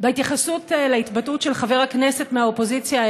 ההתייחסות של חבר הכנסת מהאופוזיציה,